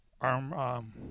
arm, –